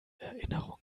erinnerung